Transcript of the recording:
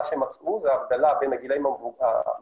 מה שהם מצאו זה הבדלה בין הגילאים המבוגרים